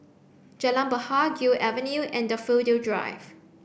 Jalan Bahar Gul Avenue and Daffodil Drive